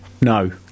no